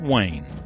Wayne